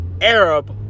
Arab